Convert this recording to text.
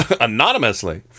Anonymously